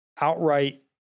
outright